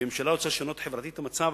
אם ממשלה רוצה לשנות חברתית את המצב,